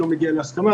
לא מגיע להסכמה,